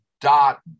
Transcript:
dot